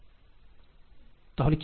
তাহলে কি ঘটবে